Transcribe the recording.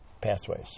pathways